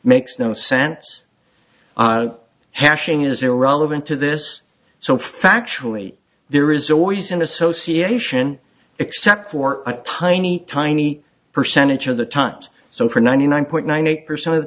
makes no sense hashing is irrelevant to this so factually there is always an association except for a tiny tiny percentage of the times so for ninety nine point nine eight percent of the